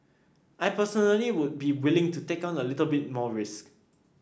I personally would be willing to take on a little bit more risk